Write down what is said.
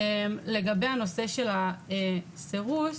לגבי הנושא של הסירוס,